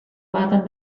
bat